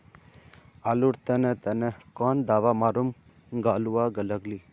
आलूर तने तने कौन दावा मारूम गालुवा लगली?